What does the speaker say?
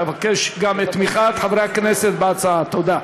אבקש גם את תמיכת חברי הכנסת בהצעה, תודה.